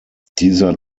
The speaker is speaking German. dieser